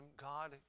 God